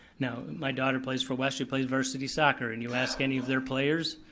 now, my daughter plays for west, she plays varsity soccer, and you ask any of their players,